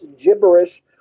gibberish